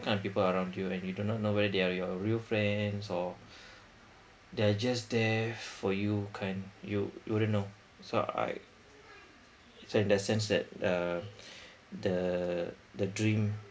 kind of people around you and you do not know they are your real friends or they're just there for you kind you you wouldn't know so I sen~ that sense that uh the the dream